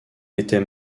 était